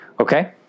Okay